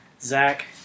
Zach